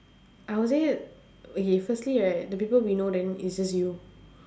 I would say okay firstly right the people we know then is just you